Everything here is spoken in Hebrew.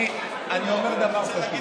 אני אומר דבר פשוט.